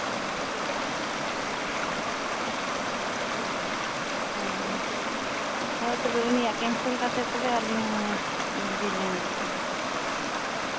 ᱦᱳᱭ ᱛᱚᱵᱮ ᱩᱱᱤᱭᱟᱜ ᱠᱮᱱᱥᱮᱞ ᱠᱟᱛᱮ ᱛᱚᱵᱮ ᱛᱚᱵᱮ ᱟᱹᱞᱤᱧ ᱤᱫᱤ ᱞᱤᱧ ᱵᱮᱱ ᱛᱚᱵᱮ